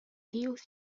details